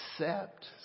accept